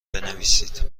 بنویسید